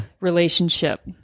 relationship